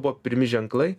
buvo pirmi ženklai